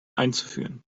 einzuführen